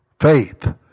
faith